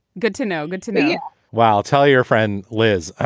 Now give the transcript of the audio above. good to know. good to meet you well, i'll tell your friend, liz. ah